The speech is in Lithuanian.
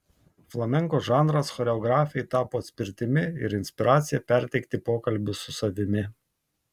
flamenko žanras choreografei tapo atspirtimi ir inspiracija perteikti pokalbius su savimi